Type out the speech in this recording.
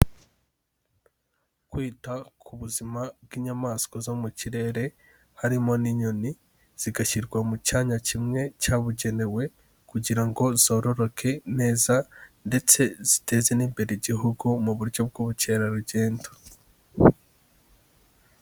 Kwita ku buzima bw'inyamaswa zo mu kirere harimo n'inyoni zigashyirwa mu cyanya kimwe cyabugenewe kugira ngo zororoke neza ndetse ziteze n'imbere Igihugu mu buryo bw'ubukerarugendo.